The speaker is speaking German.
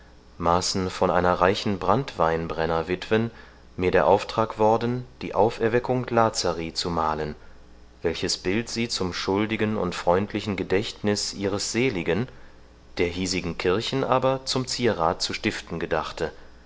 maßen von einer reichen branntweinbrenner witwen mir der auftrag worden die auferweckung lazari zu malen welches bild sie zum schuldigen und freundlichen gedächtniß ihres seligen der hiesigen kirchen aber zum zierath zu stiften gedachte